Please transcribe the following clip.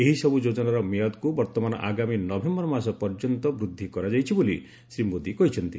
ଏହି ସବୁ ଯୋକ୍ତନାର ମିଆଦକୁ ବର୍ତ୍ତମାନ ଆଗାମୀ ନଭେୟର ମାସ ପର୍ଯ୍ୟନ୍ତ ବୃଦ୍ଧି କରାଯାଇଛି ବୋଲି ଶ୍ରୀ ମୋଦୀ କହିଛନ୍ତି